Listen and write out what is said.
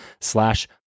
slash